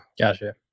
Gotcha